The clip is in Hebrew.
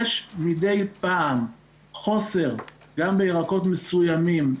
יש מדי פעם חוסר, גם בירקות מסוימים.